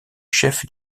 chef